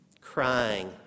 crying